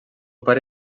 pare